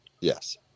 Yes